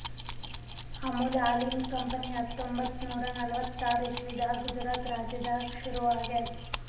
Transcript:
ಅಮುಲ್ ಹಾಲಿನ್ ಕಂಪನಿ ಹತ್ತೊಂಬತ್ತ್ ನೂರಾ ನಲ್ವತ್ತಾರ್ ಇಸವಿದಾಗ್ ಗುಜರಾತ್ ರಾಜ್ಯದಾಗ್ ಶುರು ಆಗ್ಯಾದ್